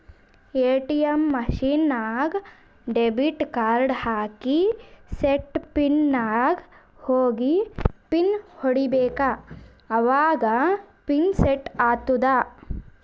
ATM machine ನಾಗ್ debit card ಹಾಕಿ set pin ನಾಗ್ ಹೋಗಿ ಪಿನ್ ಹೊಡಿಬೇಕ ಅವಾಗ ಪಿನ್ ಸೆಟ್ ಆತ್ತುದ